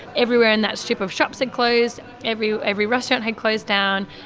everywhere in that strip of shops had closed, every every restaurant had closed down.